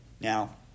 Now